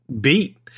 beat